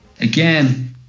Again